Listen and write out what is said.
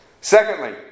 Secondly